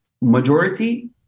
majority